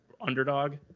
underdog